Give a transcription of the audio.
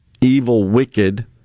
evil-wicked